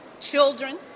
children